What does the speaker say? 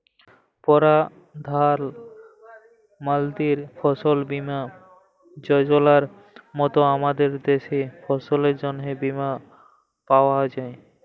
পরধাল মলতির ফসল বীমা যজলার মত আমাদের দ্যাশে ফসলের জ্যনহে বীমা পাউয়া যায়